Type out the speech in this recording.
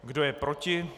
Kdo je proti?